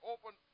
Open